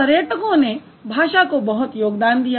तो पर्यटकों ने भाषा को बहुत योगदान दिया